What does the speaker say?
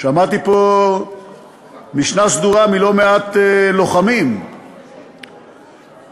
שמעתי פה משנה סדורה מלא-מעט לוחמים שהסבירו